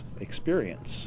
experience